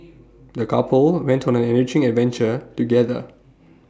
the couple went on an enriching adventure together